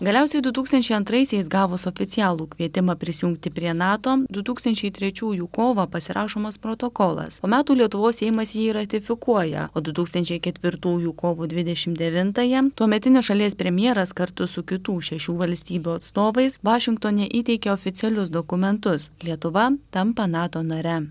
galiausiai du tūkstančiai antraisiais gavus oficialų kvietimą prisijungti prie nato du tūkstančiai trečiųjų kovą pasirašomas protokolas po metų lietuvos seimas jį ratifikuoja o du tūkstančiai ketvirtųjų kovo dvidešimt devintąją tuometinis šalies premjeras kartu su kitų šešių valstybių atstovais vašingtone įteikė oficialius dokumentus lietuva tampa nato nare